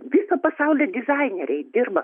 viso pasaulio dizaineriai dirba